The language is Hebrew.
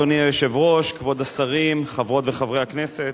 אדוני היושב-ראש, כבוד השרים, חברות וחברי הכנסת,